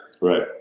Right